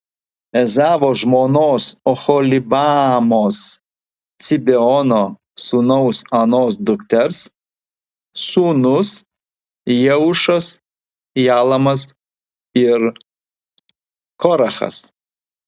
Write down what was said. ezavo žmonos oholibamos cibeono sūnaus anos dukters sūnūs jeušas jalamas ir korachas